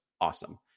awesome